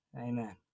amen